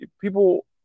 people